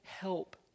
help